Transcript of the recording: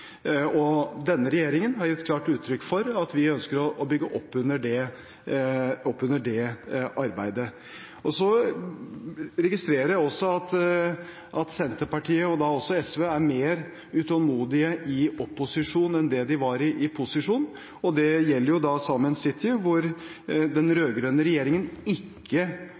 og denne regjeringen har gitt klart uttrykk for at vi ønsker å bygge opp under det arbeidet. Så registrerer jeg at Senterpartiet – og da også SV – er mer utålmodige i opposisjon enn det de var i posisjon. Det gjelder jo da Saemien Sijte, hvor den rød-grønne regjeringen ikke